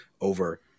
over